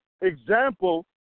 example